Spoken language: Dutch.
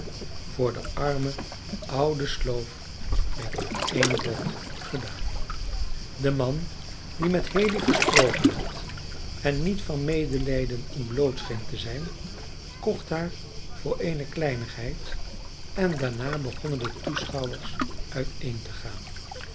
voor de arme oude sloof werd maar één bod gedaan de man die met haley gesproken had en niet van medelijden ontbloot scheen te zijn kocht haar voor eene kleinigheid en daarna begonnen de toeschouwers uiteen te gaan